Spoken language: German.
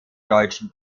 deutschen